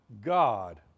god